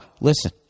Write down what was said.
listen